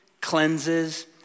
cleanses